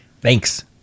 thanks